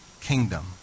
kingdom